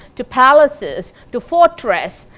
to palaces, to fortress.